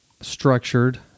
structured